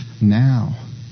now